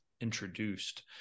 introduced